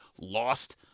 lost